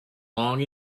long